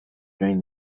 during